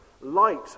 light